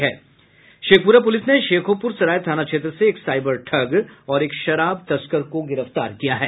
Sheikhpura police ने शेखोपुरसराय थाना क्षेत्र से एक साइबर ठग और एक शराब तस्कर को गिरफ्तार किया है